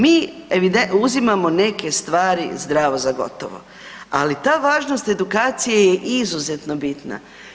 Mi uzimamo neke stvari zdravo za gotovo, ali ta važnost edukacije je izuzetno bitna.